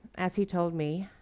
as he told me,